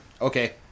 Okay